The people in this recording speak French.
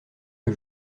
que